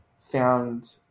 found